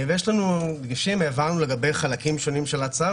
ויש לנו דגשים, העברנו לגבי חלקים שונים של ההצעה.